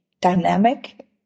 dynamic